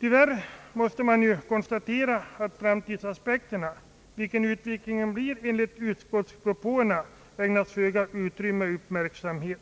Tyvärr måste man konstatera att framtidsaspekterna i utskottspropåerna ägnats föga uppmärksamhet.